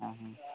ആ